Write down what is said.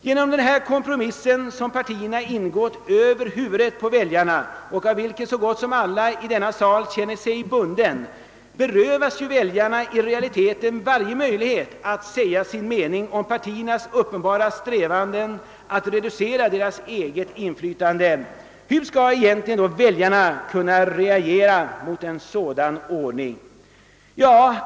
Genom den kompromiss som partierna kommit överens om över huvudet på väljarna och av vilken så gott som alla i denna kammare känner sig bundna berövas väljarna i realiteten varje möjlighet att säga sin mening om Ppartiernas uppenbara strävanden att reducera väljarnas eget inflytande. Hur skall egentligen väljarna kunna reagera mot en sådan ordning?